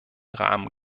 rahmen